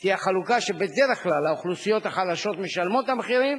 תהיה החלוקה שבדרך כלל האוכלוסיות החלשות משלמות את המחירים